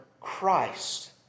Christ